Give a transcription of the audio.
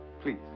please